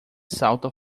salta